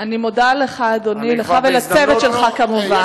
אני מתפלא שהעיר הזאת לא נכנסת למפת אזורי העדיפות הלאומית,